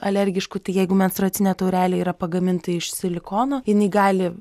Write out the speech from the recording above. alergiškų tai jeigu menstruacinė taurelė yra pagaminta iš silikono jinai gali